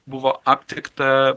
buvo aptikta